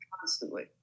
Constantly